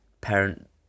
parent